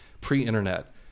pre-internet